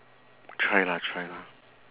try lah try lah